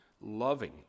loving